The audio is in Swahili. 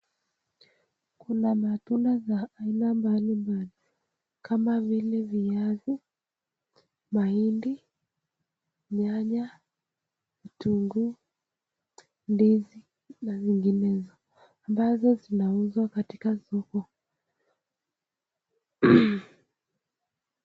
Kuna bidhaa za aina nyingi kama viazi , mahindi, nyanya, vitunguu, ndizi na vinginevyo ambazo zinauzwa katika soko.